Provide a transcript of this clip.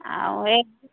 ଆଉ ଏ